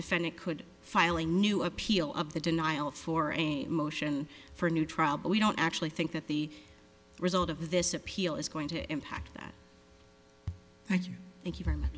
defendant could file a new appeal of the denial for a motion for a new trial but we don't actually think that the result of this appeal is going to impact that thank you thank you very much